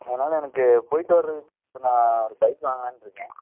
அதனால் எனக்கு போய்விட்டு வர்றதுக்கு இப்போ நான் ஒரு பைக் வாங்கலாண்ட்டு இருக்கேன்